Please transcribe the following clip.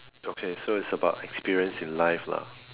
okay so is about experience in life lah